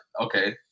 okay